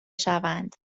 شوند